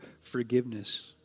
forgiveness